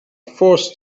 forced